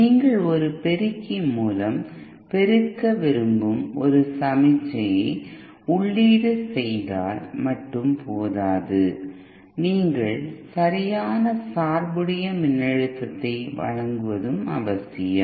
நீங்கள் ஒரு பெருக்கி மூலம் பெருக்க விரும்பும் ஒரு சமிக்ஞையை உள்ளீடு செய்தால் மட்டும் போதாது நீங்கள் சரியான சார்புடைய மின்னழுத்தத்தை வழங்குவதும் அவசியம்